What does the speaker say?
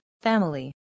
family